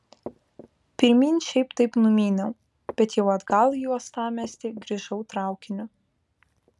pirmyn šiaip taip numyniau bet jau atgal į uostamiestį grįžau traukiniu